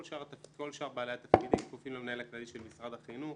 כל שאר בעלי התפקידים כפופים למנהל הכללי של משר החינוך.